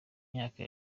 myaka